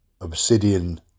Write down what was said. Obsidian